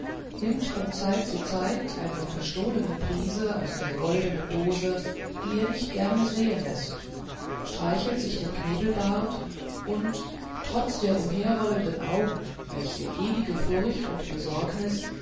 nimmt von zeit zu zeit eine verstohlene prise aus der goldenen dose die er nicht gerne sehen läßt streichelt sich den knebelbart und trotz der umherrollenden augen welche ewige furcht und besorgnis